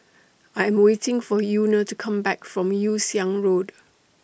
I Am waiting For Euna to Come Back from Yew Siang Road